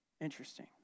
Interesting